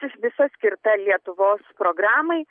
visa skirta lietuvos programai